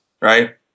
Right